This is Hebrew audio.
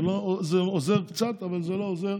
זה עוזר קצת, אבל זה לא עוזר.